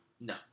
No